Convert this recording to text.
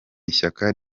ishyaka